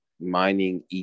mining